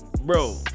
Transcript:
bro